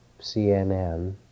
CNN